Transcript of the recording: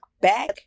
back